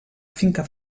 finca